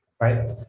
right